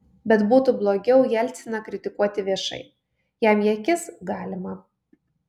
bet būtų blogiau jelciną kritikuoti viešai jam į akis galima